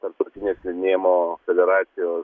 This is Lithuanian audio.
tarptautinės slidinėjimo federacijos